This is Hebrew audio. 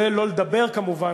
ולא לדבר כמובן,